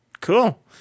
Cool